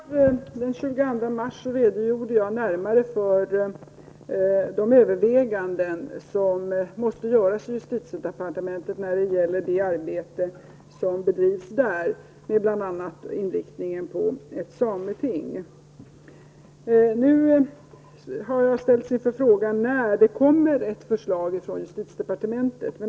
Herr talman! I mitt svar den 22 mars redogjorde jag närmare för de överväganden som måste göras i justitiedepartementet när det gäller det arbete som bedrivs med bl.a. inriktning på ett sameting. Nu har jag ställts inför frågan när det kommer ett förslag från justitiedepartementet.